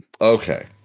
okay